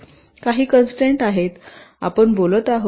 काही कन्स्ट्रेन्ट आहेत आपण बोलत आहोत